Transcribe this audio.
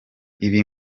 ibi